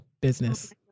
business